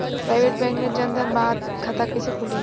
Private bank मे जन धन खाता कैसे खुली?